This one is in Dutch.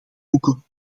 boeken